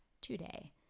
today